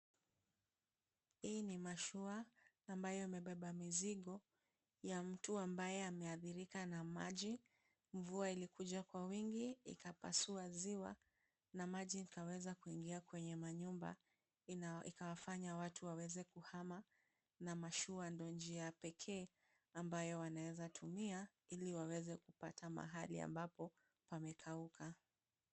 Hii ni mashua ambayo imebeba mizigo ya mtu ambaye ameathirika na maji. Mvua ilikuja kwa wingi ikapasua ziwa na maji ikaweza kuingia kwenye manyumba, ikawafanya watu waweze kuhama na mashua ndio njia pekee ambayo wanaweza tumia ili waweze kupata mahali ambapo pamekauka.